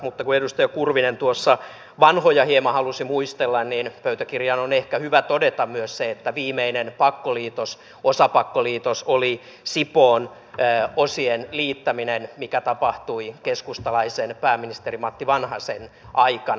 mutta kun edustaja kurvinen tuossa vanhoja hieman halusi muistella niin pöytäkirjaan on ehkä hyvä todeta myös se että viimeinen osapakkoliitos oli sipoon osien liittäminen mikä tapahtui keskustalaisen pääministeri matti vanhasen aikana